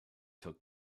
took